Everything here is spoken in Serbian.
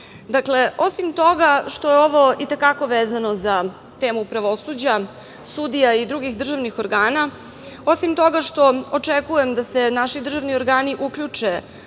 osim toga što je ovo i te kako vezano za temu pravosuđa, sudija i drugih državnih organa, osim toga što očekujem da se naši državni organi uključe